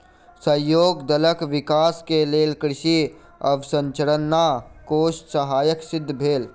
सहयोग दलक विकास के लेल कृषि अवसंरचना कोष सहायक सिद्ध भेल